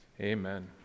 amen